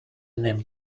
name